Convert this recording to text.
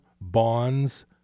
bonds